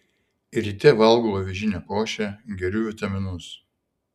ryte valgau avižinę košę geriu vitaminus